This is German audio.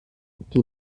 die